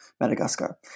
Madagascar